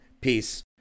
peace